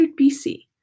BC